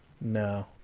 no